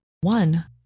One